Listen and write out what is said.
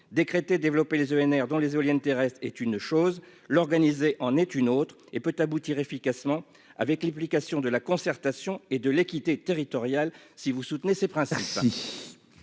décrété développer les ENR dans les éoliennes terrestres est une chose, l'organiser en est une autre et peut aboutir efficacement avec l'implication de la concertation et de l'équité territoriale si vous soutenez ces.